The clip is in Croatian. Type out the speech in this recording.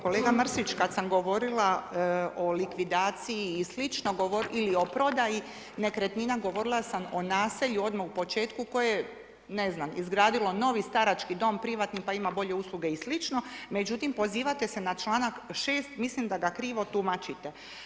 Kolega Mrsić, kad sam govorila o likvidaciji i slično ili o prodaji nekretnina, govorila sam o naselju odmah u počeku koje je izgradilo novi starački dom, privatni, pa ima bolje usluge i slično, međutim pozivate se na članak 6., mislim da ga krivo tumačite.